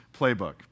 playbook